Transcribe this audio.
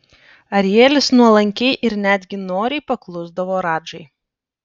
arielis nuolankiai ir netgi noriai paklusdavo radžai